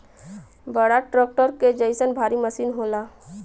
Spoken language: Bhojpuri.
बड़ा ट्रक्टर क जइसन भारी मसीन होला